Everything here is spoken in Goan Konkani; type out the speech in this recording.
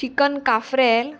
चिकन काफ्रेल